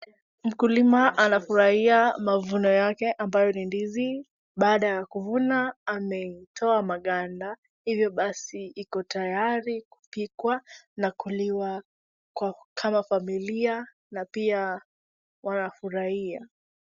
Mkulima anafurahia mavuno yake ambayo ni ndizi baada ya kuvuna maetoa magada. Hivyo basi iko tayari kupikwa na kuliwa kama familia na pia wanafurahia.